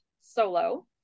solo